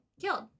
killed